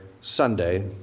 Sunday